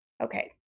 Okay